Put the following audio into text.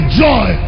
joy